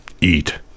eat